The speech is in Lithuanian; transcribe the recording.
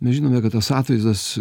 mes žinome kad tas atvaizdas